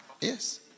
Yes